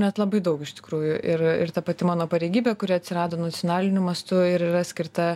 net labai daug iš tikrųjų ir ir ta pati mano pareigybė kuri atsirado nacionaliniu mastu ir yra skirta